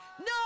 No